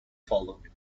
followed